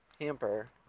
hamper